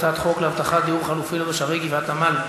הצעת חוק להבטחת דיור חלופי לתושבי גבעת-עמל,